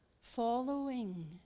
following